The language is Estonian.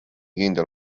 kindel